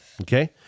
Okay